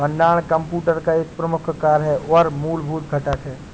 भंडारण कंप्यूटर का एक मुख्य कार्य और मूलभूत घटक है